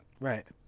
Right